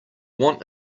want